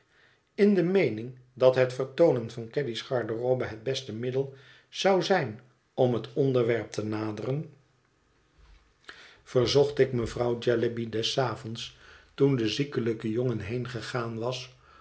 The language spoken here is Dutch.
in de meening dat het vertoonen van caddy's garderobe het beste middel zou zijn om het onderwerp te naderen verzocht ik mevrouw jellyby des avonds toen de ziekelijke jongen heengegaan was